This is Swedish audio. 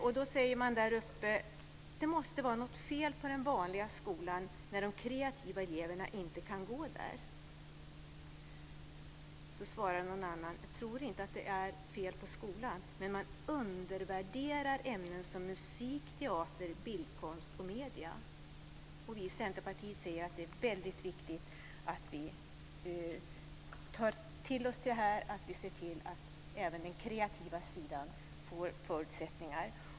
Man säger där uppe: Det måste vara något fel på den vanliga skolan när de kreativa eleverna inte kan gå där.